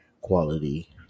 quality